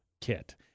kit